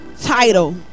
title